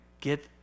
get